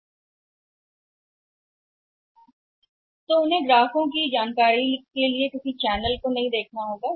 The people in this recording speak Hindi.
इसलिए उन्हें अन्य चैनलों की ओर ग्राहक की जानकारी के लिए सही नहीं देखना होगा